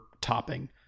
topping